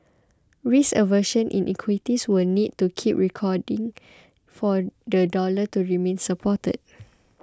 risk aversion in equities will need to keep receding for the dollar to remain supported